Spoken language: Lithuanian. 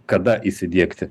kada įsidiegti